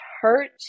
hurt